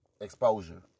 exposure